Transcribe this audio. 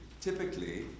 typically